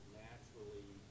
naturally